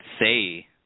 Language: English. say